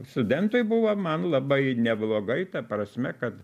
studentui buvo man labai neblogai ta prasme kad